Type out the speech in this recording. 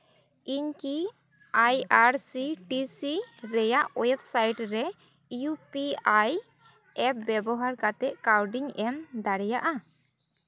ᱤᱧ ᱠᱤ I R C T C ᱨᱮᱭᱟᱜ ᱳᱭᱮᱵᱽᱥᱟᱭᱤᱴ ᱨᱮ ᱤᱭᱩ ᱯᱤ ᱟᱭ ᱮᱯ ᱵᱮᱵᱚᱦᱟᱨ ᱠᱟᱛᱮᱜ ᱠᱟᱹᱣᱰᱤᱧ ᱮᱢ ᱫᱟᱲᱮᱭᱟᱜᱼᱟ